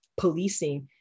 policing